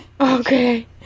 Okay